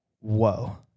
whoa